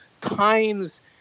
times